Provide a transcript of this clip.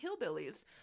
hillbillies